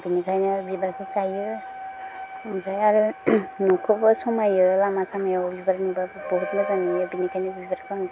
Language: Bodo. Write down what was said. बेनिखायनो बिबारखौ गायो ओमफ्राय आरो न'खौबो समायो लामा सामायाव बिबार नुबा बहुथ मोजां नुयो बेनिखायनो बिबारखौ आं